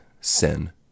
sin